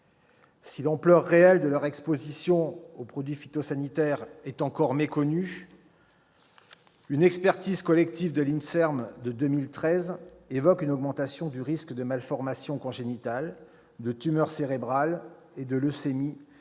Si l'ampleur réelle de leur exposition aux produits phytosanitaires est encore méconnue, l'INSERM, dans le cadre d'une expertise collective menée en 2013, évoque une augmentation du risque de malformations congénitales, de tumeurs cérébrales et de leucémies